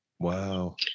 Wow